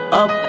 up